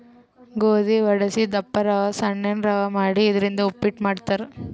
ಗೋಧಿ ವಡಸಿ ದಪ್ಪ ರವಾ ಸಣ್ಣನ್ ರವಾ ಮಾಡಿ ಇದರಿಂದ ಉಪ್ಪಿಟ್ ಮಾಡ್ತಾರ್